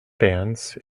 bands